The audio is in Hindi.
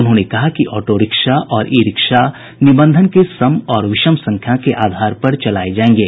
उन्होंने कहा कि ऑटोरिक्शा और ई रिक्शा निबंधन के सम और विषम संख्या के आधार पर चलाए जाएंगे